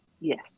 yes